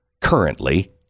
currently